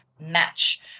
match